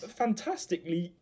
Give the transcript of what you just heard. fantastically